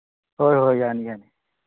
ꯍꯣꯏ ꯍꯣꯏ ꯌꯥꯅꯤ ꯌꯥꯅꯤ